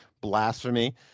blasphemy